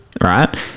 Right